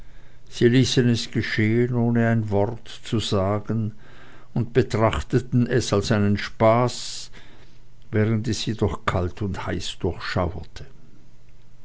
sie ließen es geschehen ohne ein wort zu sagen und betrachteten es als einen spaß während es sie doch kalt und heiß durchschauerte